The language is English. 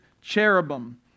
cherubim